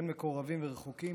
אין מקורבים ורחוקים,